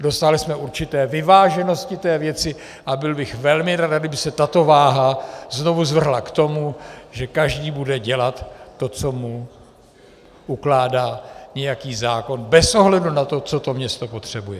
Dosáhli jsme určité vyváženosti té věci a byl bych velmi nerad, kdyby se tato váha znovu zvrhla k tomu, že každý bude dělat to, co mu ukládá nějaký zákon, bez ohledu na to, co to město potřebuje.